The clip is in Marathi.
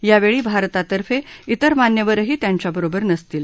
यावेळी भारतातर्फे इतर मान्यवरही त्यांच्याबरोबर नसतील